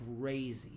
crazy